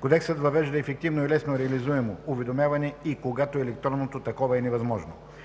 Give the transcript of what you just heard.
Кодексът въвежда ефективно и лесно реализуемо уведомяване и когато електронното такова е невъзможно.